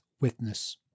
witness